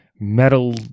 metal